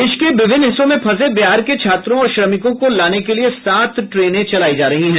देश के विभिन्न हिस्सों में फंसे बिहार के छात्रों और श्रमिकों को लाने के लिए सात ट्रेने चलायी जा रही हैं